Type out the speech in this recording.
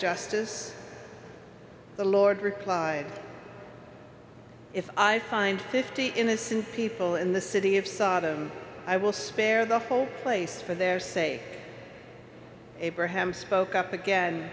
justice the lord replied if i find fifty innocent people in the city of sodom i will spare the whole place for their say abraham spoke up again